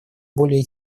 более